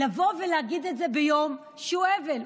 לבוא ולהגיד את זה ביום שהוא אבל,